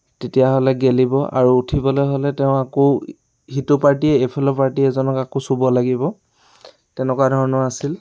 তেতিয়াহ'লে গেলিব আৰু উঠিবলৈ হ'লে তেওঁ আকৌ সিটো পাৰ্টিয়ে ইফালৰ পাৰ্টি এজনক আকৌ চুব লাগিব তেনেকুৱা ধৰণৰ আছিল